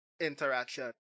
interaction